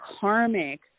karmic